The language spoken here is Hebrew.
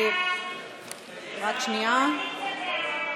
חוק לתיקון